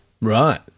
Right